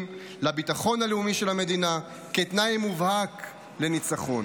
לביטחון הלאומי של המדינה כתנאי מובהק לניצחון.